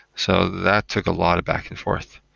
so that took a lot of back and forth.